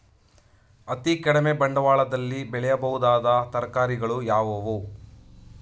ಅತೀ ಕಡಿಮೆ ಬಂಡವಾಳದಲ್ಲಿ ಬೆಳೆಯಬಹುದಾದ ತರಕಾರಿಗಳು ಯಾವುವು?